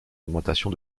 augmentation